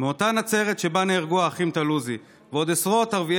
מאותה נצרת שבה נהרגו האחים טלוזי ועוד עשרות ערביי